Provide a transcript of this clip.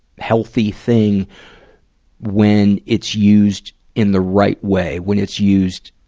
healthy thing when it's used in the right way, when it's used,